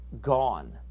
gone